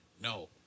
no